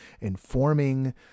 informing